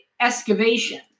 excavation